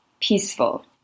peaceful